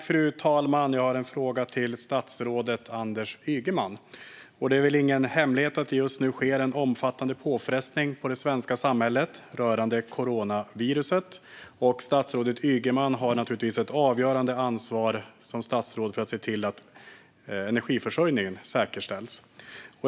Fru talman! Jag har en fråga till statsrådet Anders Ygeman. Det är väl ingen hemlighet att det just nu sker en omfattande påfrestning på det svenska samhället rörande coronaviruset. Statsrådet Ygeman har naturligtvis som statsråd ett avgörande ansvar för att se till att energiförsörjningen säkerställs.